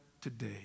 today